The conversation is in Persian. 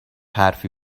حرفی